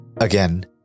Again